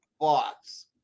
box